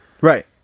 right